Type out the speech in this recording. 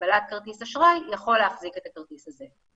הגבלת כרטיס אשראי יכול להחזיק את הכרטיס הזה.